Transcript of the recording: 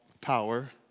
power